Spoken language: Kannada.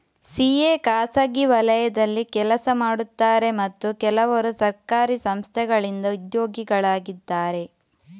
ಸಿ.ಎ ಖಾಸಗಿ ವಲಯದಲ್ಲಿ ಕೆಲಸ ಮಾಡುತ್ತಾರೆ ಮತ್ತು ಕೆಲವರು ಸರ್ಕಾರಿ ಸಂಸ್ಥೆಗಳಿಂದ ಉದ್ಯೋಗಿಗಳಾಗಿದ್ದಾರೆ